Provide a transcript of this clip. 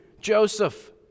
Joseph